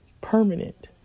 permanent